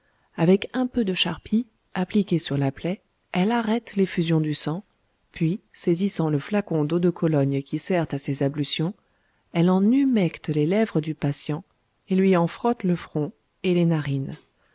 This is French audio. avec un peu de charpie appliquée sur la plaie elle arrête l'effusion du sang puis saisissant le flacon d'eau de cologne qui sert à ses ablutions elle en humecte les lèvres du patient et lui en frotte le front et les narines